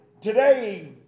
today